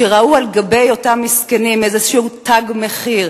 שראו על גבי אותם מסכנים איזה תג מחיר,